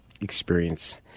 experience